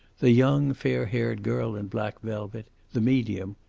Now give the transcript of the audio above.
the young, fair-haired girl in black velvet, the medium,